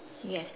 yes